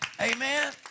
Amen